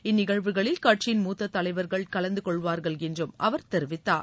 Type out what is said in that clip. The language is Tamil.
இந்நிகழ்வுகளில் கட்சியின் மூத்த தலைவர்கள் கலந்துகொள்வார்கள் என்றும் அவர் தெரிவித்தார்